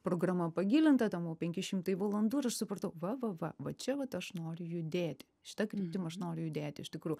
programa pagilinta ten buvo penki šimtai valandų ir aš supratau va va va va čia vat aš noriu judėti šita kryptim aš noriu judėti iš tikrųjų